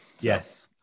yes